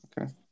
okay